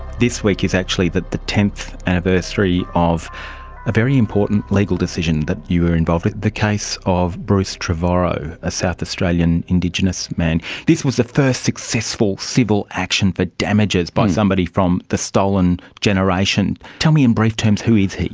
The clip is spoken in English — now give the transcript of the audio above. this week is actually the the tenth anniversary of a very important legal decision that you were involved with, the case of bruce trevorrow, a south australian indigenous man. this was the first successful civil action for damages by somebody from the stolen generation. tell me in brief terms who is he?